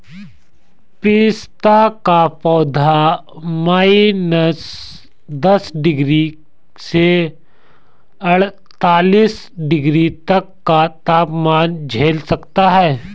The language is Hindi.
पिस्ता का पौधा माइनस दस डिग्री से अड़तालीस डिग्री तक का तापमान झेल सकता है